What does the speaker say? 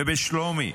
ובשלומי,